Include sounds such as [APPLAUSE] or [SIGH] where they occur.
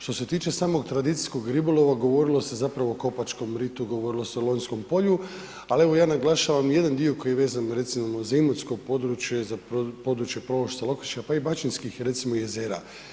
Što se tiče samog tradicijskog ribolova, govorilo se zapravo o Kopačkom ritu, govorilo se o Lonjskom polju, ali evo, ja naglašavam jedan dio koji je vezan recimo, za imotsko područje, za područje ... [UNINTELLIGIBLE] pa i Baćinskih recimo, jezera.